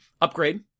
upgrade